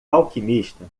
alquimista